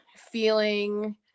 feeling